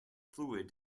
fluid